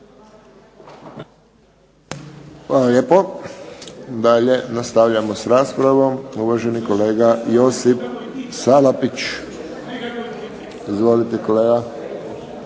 Hvala lijepo. Dalje nastavljamo s raspravom. Uvaženi kolega Josip Salapić. Izvolite kolega.